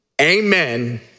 Amen